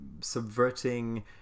subverting